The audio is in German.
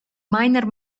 meiner